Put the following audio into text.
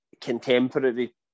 Contemporary